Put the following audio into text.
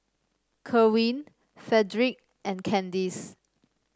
Kerwin Fredrick and Candis